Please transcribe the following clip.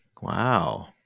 Wow